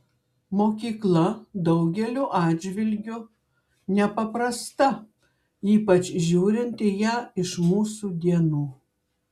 mokykla daugeliu atžvilgiu nepaprasta ypač žiūrint į ją iš mūsų dienų